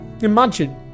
imagine